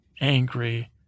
Angry